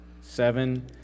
Seven